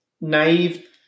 naive